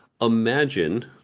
imagine